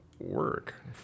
work